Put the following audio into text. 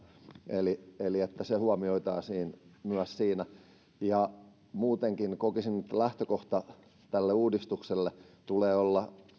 eli että myös se huomioitaisiin siinä muutenkin kokisin että lähtökohdan tälle uudistukselle tulee olla